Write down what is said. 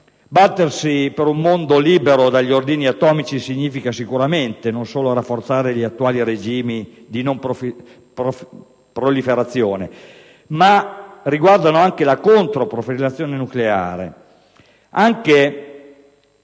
battersi per un mondo libero dagli ordigni atomici significa sicuramente non solo rafforzare gli attuali regimi di non proliferazione, ma riguarda anche la controproliferazione nucleare,